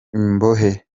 imbohe